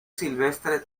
silvestre